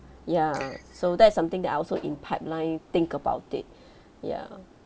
ya so that's something that I also in pipeline think about it ya